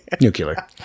Nuclear